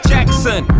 Jackson